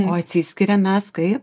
o atsiskiriam mes kaip